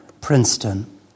Princeton